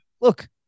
Look